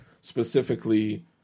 specifically